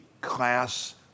class